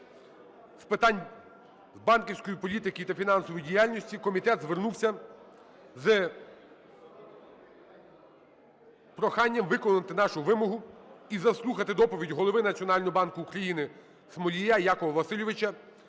з питань банківської політики та фінансової діяльності комітет звернувся з проханням виконати нашу вимогу і заслухати доповідь Голови Національного банку України Смолія Якова Васильовича